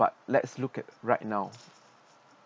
but let's look at right now